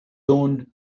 donned